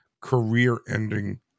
career-ending